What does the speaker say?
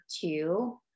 two